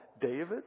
David